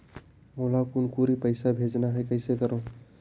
मोला कुनकुरी पइसा भेजना हैं, कइसे करो?